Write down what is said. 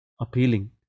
appealing